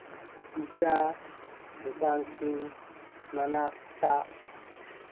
pizza ꯗꯨꯀꯥꯟꯁꯤꯡ ꯃꯅꯥꯛꯇ